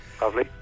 Lovely